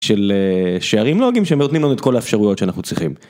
של שערים לוגים שהם נותנים לנו את כל האפשרויות שאנחנו צריכים.